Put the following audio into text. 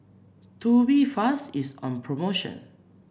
tubifast is on promotion